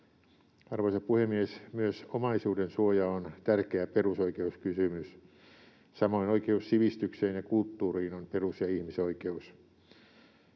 Arvoisa puhemies! Myös omaisuudensuoja on tärkeä perusoikeuskysymys. Samoin oikeus sivistykseen ja kulttuuriin on perus- ja ihmisoikeus.